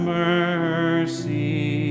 mercy